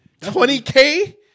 20K